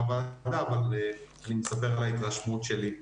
הוועדה אבל אני מספר על ההתרשמות שלי.